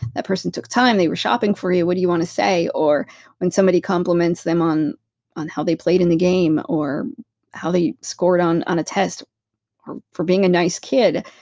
that person took time, they were shopping for you, what do you want to say? or when somebody compliments them on on how they played in the game or how they scored on on a test or for being a nice kid?